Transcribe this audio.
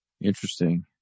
Interesting